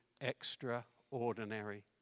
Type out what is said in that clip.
extraordinary